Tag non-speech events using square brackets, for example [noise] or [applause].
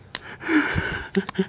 [laughs]